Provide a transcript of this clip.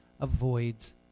avoids